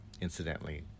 incidentally